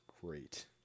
Great